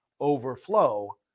overflow